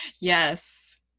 Yes